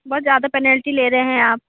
बहुत ज़्यादा पेनल्टी ले रहे हैं आप